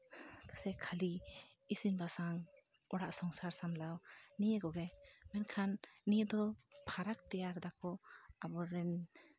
ᱥᱮ ᱠᱷᱟᱹᱞᱤ ᱤᱥᱤᱱ ᱵᱟᱥᱟᱝ ᱚᱲᱟᱜ ᱥᱚᱝᱥᱟᱨ ᱥᱟᱢᱞᱟᱣ ᱱᱤᱭᱟᱹ ᱠᱚᱜᱮ ᱢᱮᱱᱠᱷᱟᱱ ᱱᱤᱭᱟᱹ ᱫᱚ ᱯᱷᱟᱨᱟᱠ ᱛᱮᱭᱟᱨ ᱫᱟᱠᱚ ᱟᱵᱚᱨᱮᱱ